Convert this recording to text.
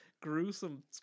gruesome